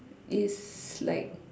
it's like